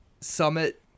Summit